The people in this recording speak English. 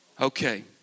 Okay